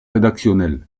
rédactionnels